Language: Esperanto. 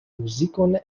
muzikon